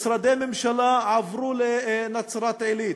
משרדי הממשלה עברו לנצרת-עילית.